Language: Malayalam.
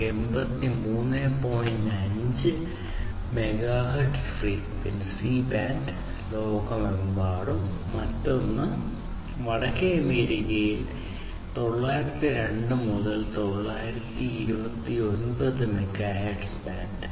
5 മെഗാഹെർട്സ് ഫ്രീക്വൻസി ബാൻഡ് ലോകമെമ്പാടും മറ്റൊന്ന് വടക്കേ അമേരിക്കയിലാണ് 902 മുതൽ 929 മെഗാഹെർട്സ് ബാൻഡ്